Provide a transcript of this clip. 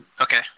okay